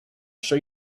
show